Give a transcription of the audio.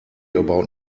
about